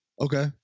Okay